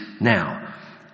now